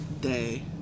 day